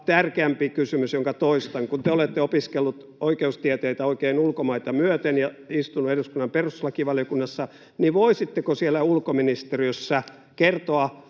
tärkeämpi kysymys, jonka toistan: kun te olette opiskellut oikeustieteitä oikein ulkomaita myöten ja istunut eduskunnan perustuslakivaliokunnassa, niin voisitteko siellä ulkoministeriössä kertoa